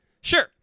Sure